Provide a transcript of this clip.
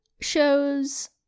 shows